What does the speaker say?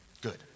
good